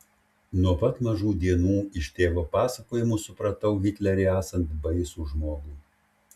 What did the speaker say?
nuo pat mažų dienų iš tėvo pasakojimų supratau hitlerį esant baisų žmogų